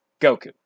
Goku